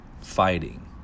fighting